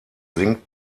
sinkt